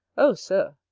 o, sir,